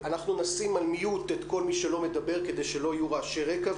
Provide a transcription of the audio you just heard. נשים על mute את כל מי שלא מדבר כדי שלא יהיו רעשי רקע,